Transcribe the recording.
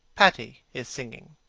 patti is singing.